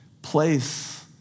Place